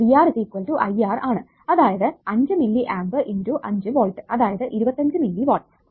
VR I R ആണ് അതായത് 5 milliamps × 5 volt അതായത് 25 മില്ലി വാട്ട്സ്